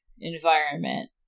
environment